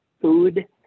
food